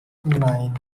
nine